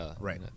Right